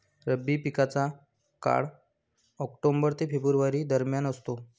रब्बी पिकांचा काळ ऑक्टोबर ते फेब्रुवारी दरम्यान असतो